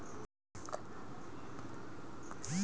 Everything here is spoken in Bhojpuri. कागज से बैग अउर टिशू बनावल जाला